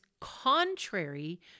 contrary